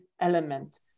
element